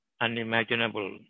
unimaginable